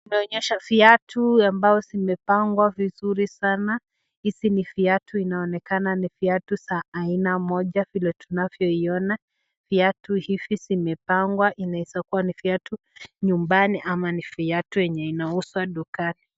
Tunaonyeshwa viatu ambayo vimepangwa vizuri sanaa, Hizi ni viatu ambazo zinaonekana ni za aina Moja vile tunavyoiona viatu hivi zimepangwa inaweza kuwa ni viatu nyumbani ama ni viatu inayouzwa dukani.